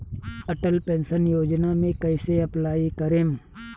Atal pension Yojana मे कैसे apply करेम?